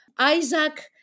Isaac